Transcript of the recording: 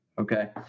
Okay